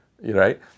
right